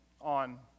on